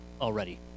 already